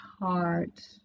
heart